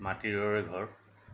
মাটিৰৰে ঘৰ